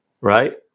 right